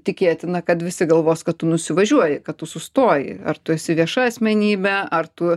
tikėtina kad visi galvos kad tu nusivažiuoji kad tu sustoji ar tu esi vieša asmenybe ar tu